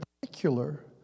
particular